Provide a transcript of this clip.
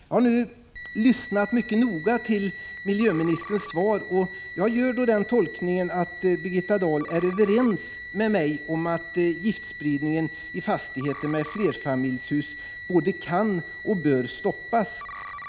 Jag har nu lyssnat mycket noga till statsrådets svar, och jag gör den tolkningen att Birgitta Dahl är överens med mig om att giftspridning i fastigheter med flerfamiljshus både kan och bör stoppas.